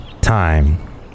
Time